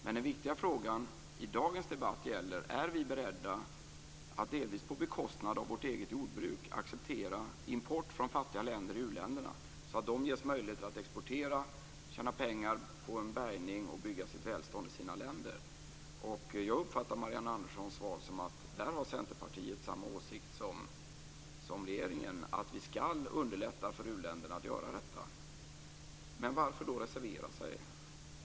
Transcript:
Men den viktiga frågan i dagens debatt gäller om vi är beredda att, delvis på bekostnad av vårt eget jordbruk, acceptera import från fattiga u-länder så att de ges möjlighet att exportera, tjäna pengar, få en bärgning och bygga ett välstånd i sina länder. Jag uppfattar Marianne Anderssons svar som att Centerpartiet där har samma åsikt som regeringen, att vi skall underlätta för u-länderna att göra detta. Men varför då reservera sig?